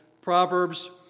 Proverbs